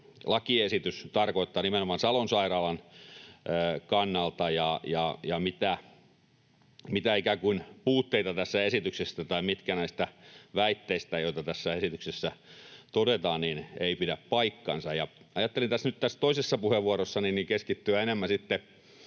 lakiesitys tarkoittaa nimenomaan Salon sairaalan kannalta ja mitä ikään kuin puutteita tässä esityksessä on tai mitkä näistä väitteistä, joita tässä esityksessä todetaan, eivät pidä paikkaansa. Ajattelin nyt tässä toisessa puheenvuorossani keskittyä enemmän